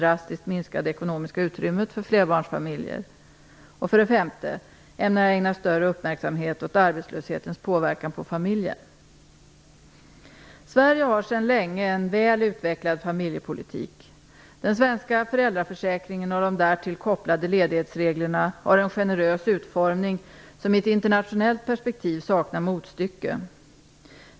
Ämnar jag ägna större uppmärksamhet åt arbetslöshetens påverkan på familjen? Sverige har sedan länge en väl utvecklad familjepolitik. Den svenska föräldraförsäkringen och de därtill kopplade ledighetsreglerna har en generös utformning som i ett internationellt perspektiv saknar motstycke.